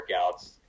workouts